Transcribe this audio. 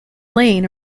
lane